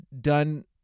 done